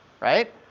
right